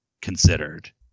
considered